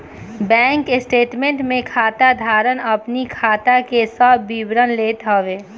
bank statement में खाता धारक अपनी खाता के सब विवरण लेत हवे